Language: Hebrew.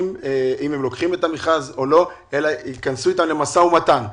לוקחים את המכרז או לא אלא ייכנסו אתם למשא ומתן.